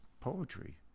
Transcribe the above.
poetry